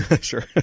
Sure